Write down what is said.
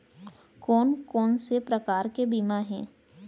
कोन कोन से प्रकार के बीमा हे?